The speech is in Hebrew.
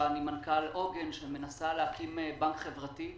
מנכ"ל עוגן שמנסה להקים בנק חברתי.